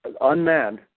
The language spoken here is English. unmanned